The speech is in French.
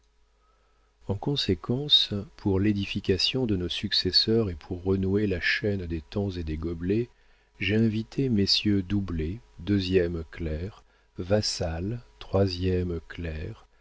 en conséquence pour l'édification de nos successeurs et pour renouer la chaîne des temps et des gobelets j'ai invité messieurs doublet deuxième clerc vassal troisième